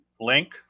link